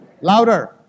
Louder